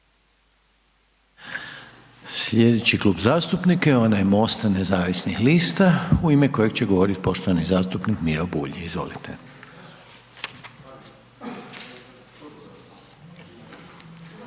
Slijedeći Klub zastupnika je onaj MOST-a nezavisnih lista u ime kojeg će govoriti poštovani zastupnika Miro Bulj. Izvolite.